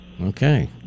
Okay